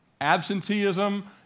absenteeism